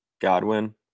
godwin